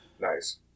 Nice